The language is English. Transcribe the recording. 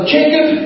Jacob